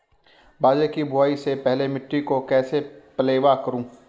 बाजरे की बुआई से पहले मिट्टी को कैसे पलेवा करूं?